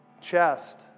chest